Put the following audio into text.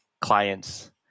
clients